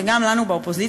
וגם לנו באופוזיציה,